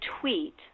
tweet